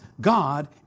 God